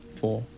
four